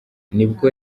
nibwo